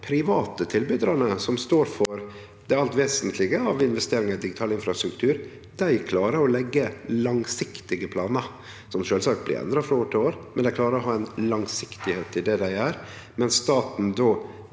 private tilbydarane, som står for det alt vesentlege av investeringar i digital infrastruktur, klarar å leggje langsiktige planar. Dei blir sjølvsagt endra frå år til år, men dei klarar å ha ei langsiktigheit i det dei gjer, medan staten –